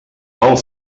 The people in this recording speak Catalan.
pel